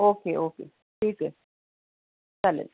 okay okay ठीक आहे चालेल